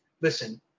Listen